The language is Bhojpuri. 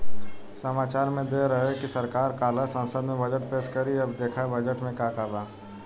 सामाचार में देत रहे की सरकार काल्ह संसद में बजट पेस करी अब देखऽ बजट में का बा